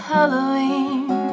Halloween